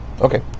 Okay